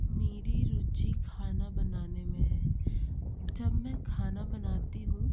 मेरी रुचि खाना बनाने में है जब मैं खाना बनाती हूँ